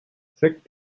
sick